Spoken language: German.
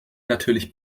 natürlich